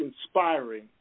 inspiring